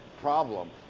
problem